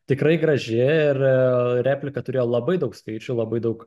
tikrai graži ir replika turėjo labai daug skaičių labai daug